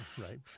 Right